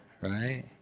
right